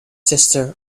sister